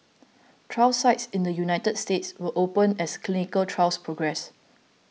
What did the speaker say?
trial sites in the United States will open as clinical trials progress